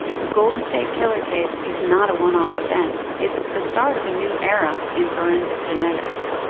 the golden state killer case is not a one-off event, it's the start of a new era in forensic genetics.